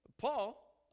Paul